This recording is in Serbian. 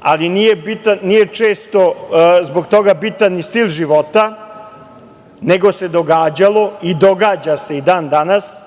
ali nije često zbog toga bitan ni stil života, nego se događalo i događa se i dan danas